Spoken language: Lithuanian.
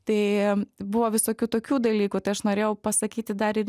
tai buvo visokių tokių dalykų tai aš norėjau pasakyti dar ir